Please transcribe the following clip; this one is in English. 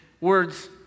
words